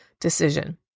decision